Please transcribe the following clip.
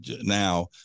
now